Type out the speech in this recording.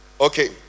okay